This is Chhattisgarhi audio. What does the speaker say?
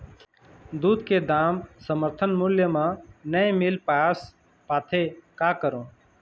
दूध के दाम समर्थन मूल्य म नई मील पास पाथे, का करों?